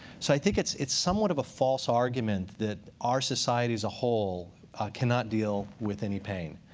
so i think it's it's somewhat of a false argument that our society as a whole cannot deal with any pain.